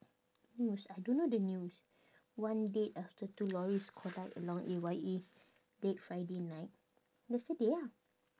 news I don't know the news one dead after two lorries collide along A_Y_E late friday night yesterday ah